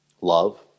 love